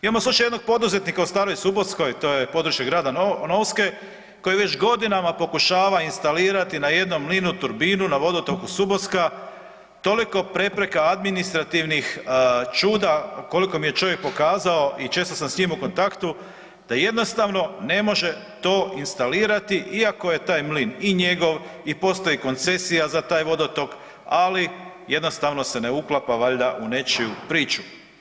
Imamo slučaj jednog poduzetnika u Staroj Subockoj to je područje grada Novske koji već godinama pokušava instalirati na jednom mlinu turbinu na vodotoku Sobocka, toliko prepreka administrativnih, čuda, koliko mi je čovjek pokazao i često sam s njim u kontaktu da jednostavno ne može to instalirati iako je taj mlin i njegov i postoji koncesija za taj vodotok, ali jednostavno se ne uklapa valjda u nečiju priču.